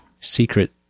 secret